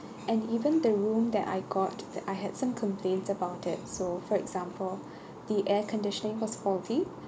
and even the room that I got I had some complaints about it so for example the air conditioning was faulty